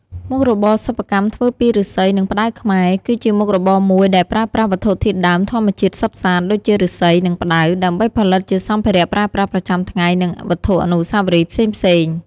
មុខរបរសិប្បកម្មធ្វើពីឫស្សី និងផ្តៅខ្មែរ គឺជាមុខរបរមួយដែលប្រើប្រាស់វត្ថុធាតុដើមធម្មជាតិសុទ្ធសាធ ដូចជា ឫស្សី និងផ្តៅ ដើម្បីផលិតជាសម្ភារៈប្រើប្រាស់ប្រចាំថ្ងៃ និងវត្ថុអនុស្សាវរីយ៍ផ្សេងៗ។